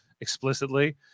explicitly